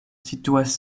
situas